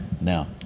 now